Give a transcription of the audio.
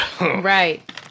Right